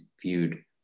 viewed